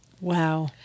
Wow